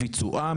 לביצועם,